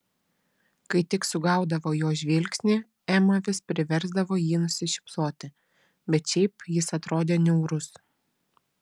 kai tik sugaudavo jo žvilgsnį ema vis priversdavo jį nusišypsoti bet šiaip jis atrodė niaurus